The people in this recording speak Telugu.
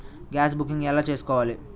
గ్యాస్ బుకింగ్ ఎలా చేసుకోవాలి?